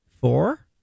four